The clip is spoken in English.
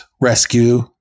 rescue